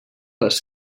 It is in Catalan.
les